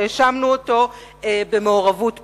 שהאשמנו אותו במעורבות פוליטית.